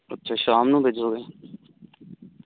ਅੱਛਾ ਸ਼ਾਮ ਨੂੰ ਭੇਜੋਗੋ